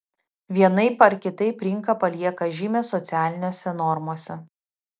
vienaip ar kitaip rinka palieka žymę socialinėse normose